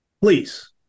Please